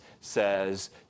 says